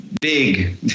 big